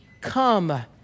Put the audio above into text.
come